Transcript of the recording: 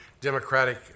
Democratic